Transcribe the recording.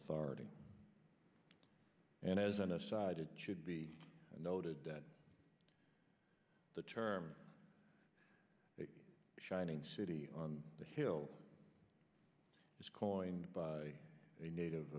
authority and as an aside it should be noted that the term shining city on the hill was coined by a native